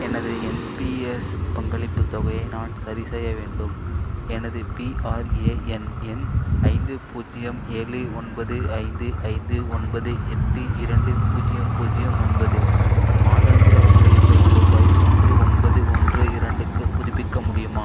எனது N P S பங்களிப்புத் தொகையை நான் சரிசெய்ய வேண்டும் எனது பிஆர்ஏஎன் எண் ஐந்து பூஜ்ஜியம் ஏழு ஒன்பது ஐந்து ஐந்து ஒன்பது எட்டு இரண்டு பூஜ்ஜியம் பூஜ்ஜியம் ஒன்பது மாதாந்திர பங்களிப்பை ரூபாய் மூன்று ஒன்பது ஒன்று இரண்டுக்கு புதுப்பிக்க முடியுமா